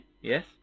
Yes